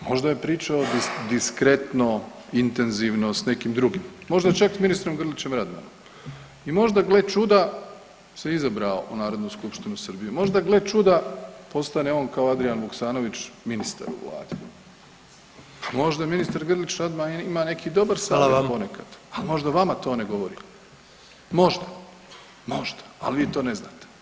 Možda je pričao diskretno i intenzivno s nekim drugim, možda čak s ministrom Grlićem Radmanom i možda gle čuda se izabrao u Narodnu skupštinu Srbiju, možda gle čuda postane on kao Adrijan Vuksanović ministar u vladi, možda ministar Grlić Radman ima neki dobar savjet ponekad, a možda vama to ne govori, možda, možda, al vi to ne znate.